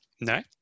No